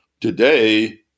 Today